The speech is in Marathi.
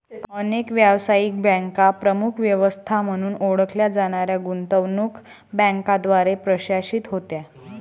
अनेक व्यावसायिक बँका प्रमुख व्यवस्था म्हणून ओळखल्या जाणाऱ्या गुंतवणूक बँकांद्वारे प्रशासित होत्या